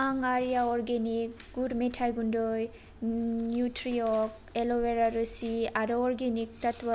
आं आर्या अर्गेनिक गुर मेथाइ गुन्दै न्युत्रिअर्ग एल'वेरा रोसि आरो अर्गेनिक तत्व